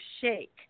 shake